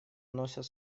носят